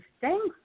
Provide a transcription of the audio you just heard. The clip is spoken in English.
thanks